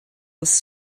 was